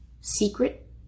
secret